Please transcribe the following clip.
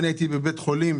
הייתי בבית חולים